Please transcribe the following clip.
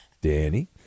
Danny